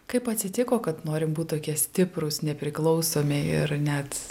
kaip atsitiko kad norim būt tokie stiprūs nepriklausomi ir net